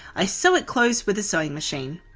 i sew it closed with the sewing machine.